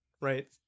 right